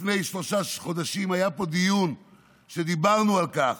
לפני שלושה חודשים היה פה דיון ודיברנו על כך